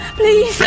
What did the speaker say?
please